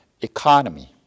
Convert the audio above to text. economy